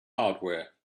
hardware